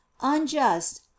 unjust